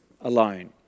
alone